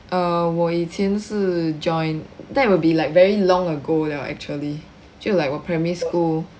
err 我以前是 join that will be like very long ago liao actually 就 like 我 primary school